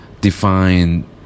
define